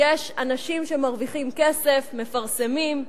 יש אנשים שמרוויחים כסף, מפרסמים,